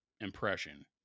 impression